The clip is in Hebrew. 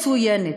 מצוינת.